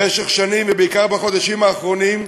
במשך שנים, ובעיקר בחודשים האחרונים,